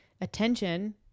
attention